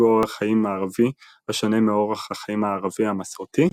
אורח חיים מערבי השונה מאורח החיים הערבי המסורתי,